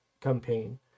campaign